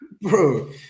Bro